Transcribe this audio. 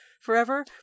forever